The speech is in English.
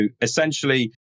essentially